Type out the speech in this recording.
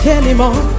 anymore